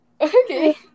Okay